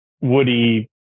woody